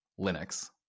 Linux